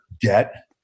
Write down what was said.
get